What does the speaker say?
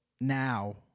now